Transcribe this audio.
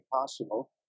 possible